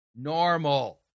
normal